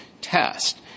test